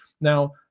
Now